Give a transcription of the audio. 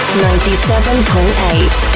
97.8